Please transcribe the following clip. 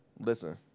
Listen